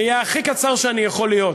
אני אהיה הכי קצר שאני יכול להיות.